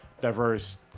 diverse